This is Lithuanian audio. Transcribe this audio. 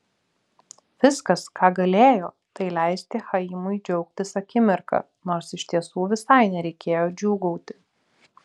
viskas ką galėjo tai leisti chaimui džiaugtis akimirka nors iš tiesų visai nereikėjo džiūgauti